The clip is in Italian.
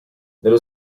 nello